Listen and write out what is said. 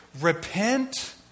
Repent